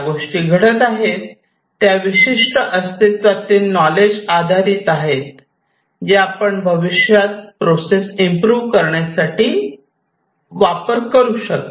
ज्या गोष्टी घडत आहेत त्या विशिष्ट अस्तित्वातील नॉलेज आधारित आहेत जे आपण भविष्यात प्रोसेस इम्प्रू करण्यासाठी आपण वापरू शकता